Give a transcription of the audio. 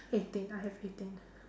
eighteen I have eighteen